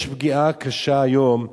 יש פגיעה קשה היום,